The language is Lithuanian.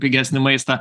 pigesnį maistą